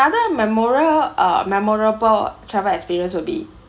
memorial uh memorable travel experience will be